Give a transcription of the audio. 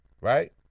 right